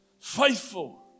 faithful